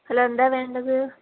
hello എന്താ വേണ്ടത്